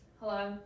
Hello